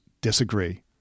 disagree